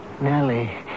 Nellie